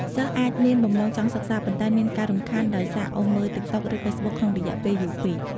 សិស្សអាចមានបំណងចង់សិក្សា ប៉ុន្តែមានការរំខានដោយសារអូសមើល Tiktok ឬ facebook ក្នុងរយៈពេលយូរពេក។